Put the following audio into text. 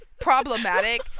problematic